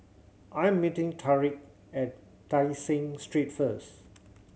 I am meeting Tariq at Tai Seng Street first